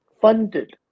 funded